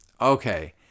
Okay